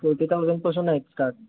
forty थाउजंडपासून आहे start